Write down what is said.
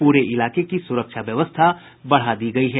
पूरे इलाके की सुरक्षा व्यवस्था बढ़ा दी गयी है